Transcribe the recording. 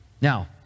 Now